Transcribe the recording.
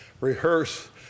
rehearse